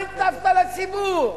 מה הטפת לציבור?